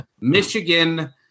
Michigan